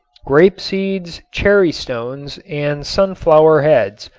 grape seeds, cherry stones and sunflower heads,